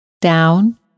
Down